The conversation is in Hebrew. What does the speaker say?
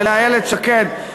ולאיילת שקד,